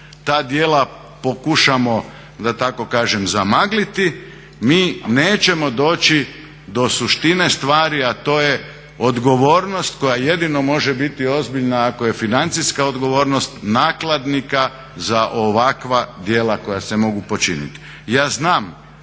ta djela pokušamo da tako kažem zamagliti, mi nećemo doći do suštine stvari, a to je odgovornost koja jedino može biti ozbiljna ako je financijska odgovornost nakladnika za ovakva djela koja se mogu počiniti.